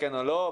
כן או לא.